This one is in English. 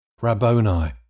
Rabboni